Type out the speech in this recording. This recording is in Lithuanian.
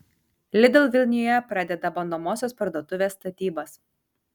lidl vilniuje pradeda bandomosios parduotuvės statybas